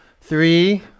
three